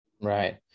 Right